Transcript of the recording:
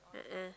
a'ah